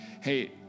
hey